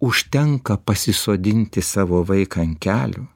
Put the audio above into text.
užtenka pasisodinti savo vaiką ant kelių